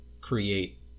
create